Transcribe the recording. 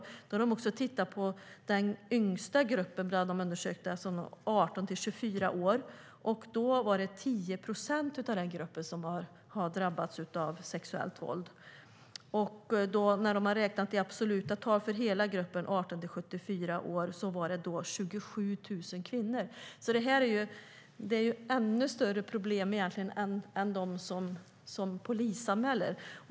NCK har särskilt tittat på den yngsta gruppen, 18-24 år. 10 procent i den gruppen hade drabbats av sexuellt våld. I absoluta tal för hela gruppen 18-74 år var det fråga om 27 000 kvinnor. Det här är ett ännu större problem än den grupp som polisanmäler.